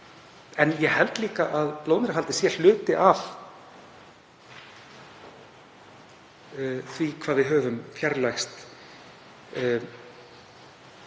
En ég held líka að blóðmerahaldið sé hluti af því, dæmi um hvað við höfum fjarlægst